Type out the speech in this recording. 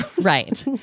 Right